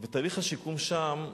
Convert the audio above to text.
תהליך השיקום שם,